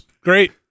Great